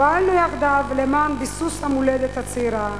פעלנו יחדיו למען ביסוס המולדת הצעירה